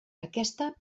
aquesta